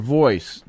voice